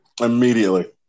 Immediately